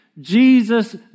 Jesus